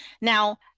Now